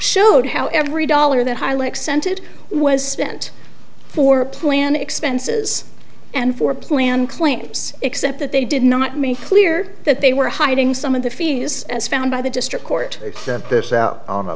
showed how every dollar that highly accented was spent for planned expenses and for plan claims except that they did not make clear that they were hiding some of the fees as found by the district court this out on a